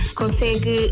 consegue